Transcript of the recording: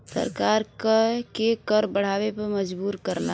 सरकार के कर बढ़ावे पे मजबूर करला